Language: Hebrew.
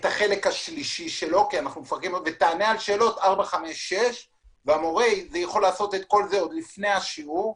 את החלק השלישי שלו ותענה על שאלות 1-6. המורה יכול לעשות את כל זה עוד לפניה שיעור,